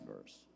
verse